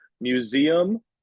Museum